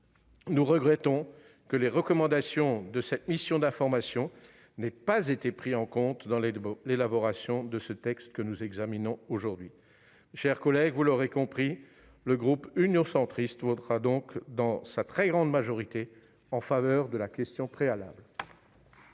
Nous regrettons que les recommandations de cette mission d'information n'aient pas été prises en compte dans l'élaboration du texte que nous examinons aujourd'hui. Mes chers collègues, vous l'aurez compris, le groupe Union Centriste, dans sa très grande majorité, votera la motion tendant